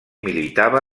militava